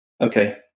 okay